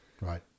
right